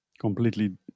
completely